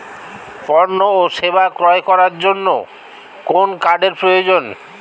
পণ্য ও সেবা ক্রয় করার জন্য কোন কার্ডের প্রয়োজন?